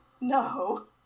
no